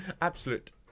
Absolute